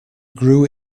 grew